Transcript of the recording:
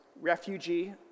refugee